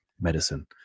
medicine